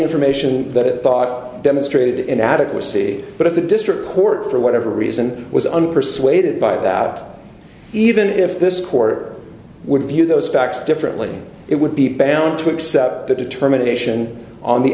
information that thought demonstrated in adequacy but if the district court for whatever reason was unpersuaded by that even if this court would view those facts differently it would be pound twixt the determination on the